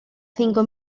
cinco